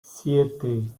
siete